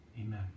Amen